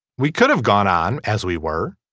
we could have gone on as we were.